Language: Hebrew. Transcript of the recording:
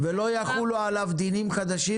ולא יחולו עליו דינים חדשים?